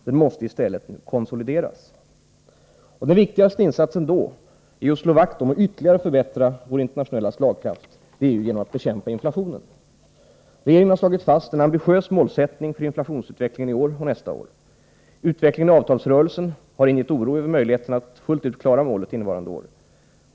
Den måste i stället konsolideras. Den viktigaste insatsen i det sammanhanget är att slå vakt om och att ytterligare förbättra vår internationella slagskraft. Det gör vi genom att bekämpa inflationen. Regeringen har fastslagit en ambitiös målsättning för inflationsutvecklingeni år och nästa år. Utvecklingen i avtalsrörelsen har ingett oro när det gäller förutsättningarna att fullt ut klara det uppsatta målet under innvarande år.